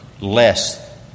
less